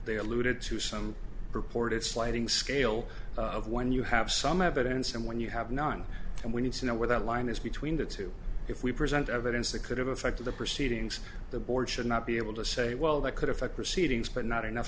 they alluded to some purported sliding scale of when you have some evidence and when you have none and we need to know where that line is between the two if we present evidence that could have affected the proceedings the board should not be able to say well that could affect proceedings but not enough